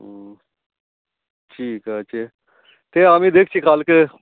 হুম ঠিক আছে ঠিক আছে আমি দেখছি কালকে